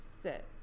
sit